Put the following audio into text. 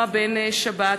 נועה בן-שבת.